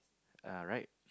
uh right